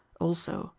also,